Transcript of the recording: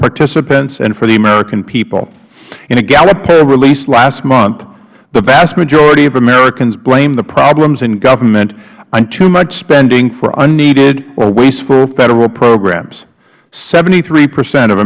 participants and for the american people in a gallup poll released last month the vast majority of americans blamed the problems in government on too much spending for unneeded or wasteful federal programs seventythreehpercent of